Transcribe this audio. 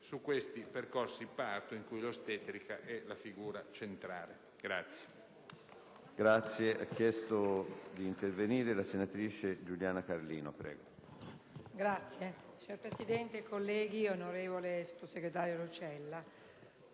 per questi percorsi-parto in cui l'ostetrica è la figura centrale.